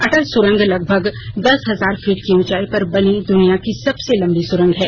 अटल सुरंग लगभग दस हजार फीट की ऊचाई पर बनी दुनिया की सबसे लम्बी सुरंग है